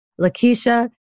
Lakeisha